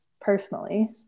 personally